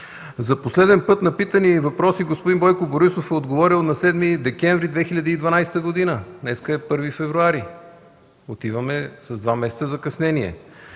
За последен път на питания и въпроси господин Бойко Борисов е отговорил на 7 декември 2012 г. Днес е 1 февруари. Отиваме с два месеца закъснение.